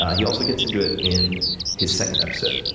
he also gets into it in his second episode.